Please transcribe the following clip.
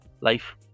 life